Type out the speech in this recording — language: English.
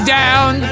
down